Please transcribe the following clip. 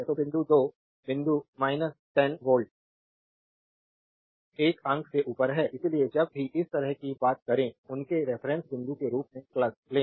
तो बिंदु 2 बिंदु 10 वोल्ट 1 अंक से ऊपर है इसलिए जब भी इस तरह की बात करें उनके रेफरेन्स बिंदु के रूप में लें